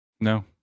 No